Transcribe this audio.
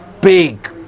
big